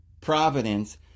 providence